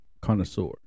connoisseur